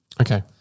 okay